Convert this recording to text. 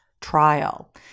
trial